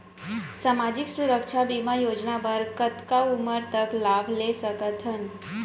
सामाजिक सुरक्षा बीमा योजना बर कतका उमर तक लाभ ले सकथन?